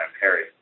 Harry